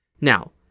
Now